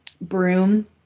broom